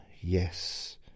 yes